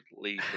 leave